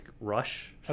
Rush